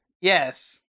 Yes